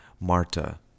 Marta